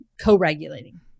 co-regulating